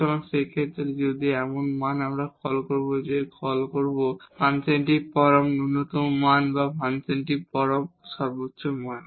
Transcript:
সুতরাং সেই ক্ষেত্রে যদি এমন মান আমরা কল করব যে এটি ফাংশনের পরম ন্যূনতম মান বা ফাংশনের পরম সর্বোচ্চ মান